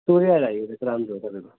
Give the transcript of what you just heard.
store आएर हेरेको राम्रो हो तपाईँले हजुर